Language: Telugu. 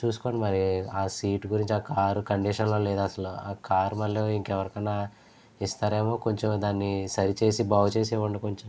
చూస్కోండి మరీ ఆ సీట్ గురించి ఆ కార్ కండిషన్ లో లేదు అస్సలు ఆ కార్ మళ్ళీ ఇంకెవరికన్నా ఇస్తారేమో కొంచం దాన్ని సరి చేసి బాగు చేసి ఇవ్వండి కొంచం